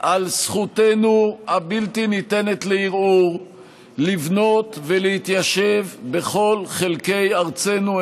על זכותנו הבלתי-ניתנת לערעור לבנות ולהתיישב בכל חלקי ארצנו,